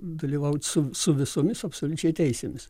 dalyvaut su su visomis absoliučiai teisėmis